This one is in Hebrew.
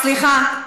סליחה.